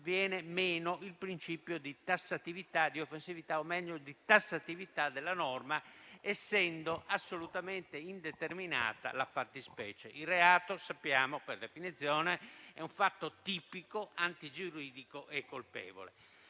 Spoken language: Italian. viene meno il principio di tassatività della norma, essendo assolutamente indeterminata la fattispecie. Sappiamo infatti che il reato, per definizione, è un fatto tipico, antigiuridico e colpevole.